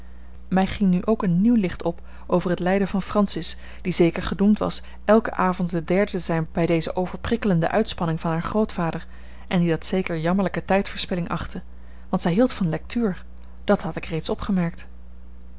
mij ging nu ook een nieuw licht op over het lijden van francis die zeker gedoemd was elken avond de derde te zijn bij deze overprikkelende uitspanning van haar grootvader en die dat zeker jammerlijke tijdverspilling achtte want zij hield van lectuur dat had ik reeds opgemerkt